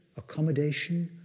accommodation,